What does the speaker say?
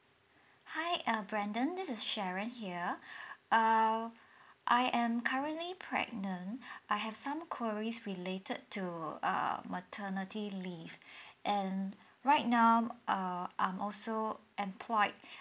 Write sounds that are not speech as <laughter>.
hi uh brandon this is sharon here <breath> err I am currently pregnant <breath> I have some queries related to err maternity leave <breath> and right now err I'm also employed <breath>